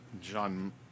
John